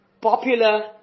popular